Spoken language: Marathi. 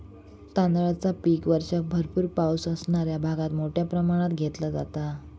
तांदळाचा पीक वर्षाक भरपूर पावस असणाऱ्या भागात मोठ्या प्रमाणात घेतला जाता